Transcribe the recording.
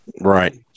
Right